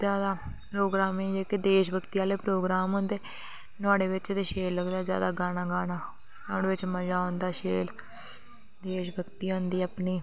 जादै प्रोग्रामें ई जेह्के देश भगती आह्ले प्रोग्राम होंदे नुहाड़े बिच ते शैल लगदा गाना गाना नुहाड़े बिच मज़ा आंदा शैल देश भगती आंदी अपनी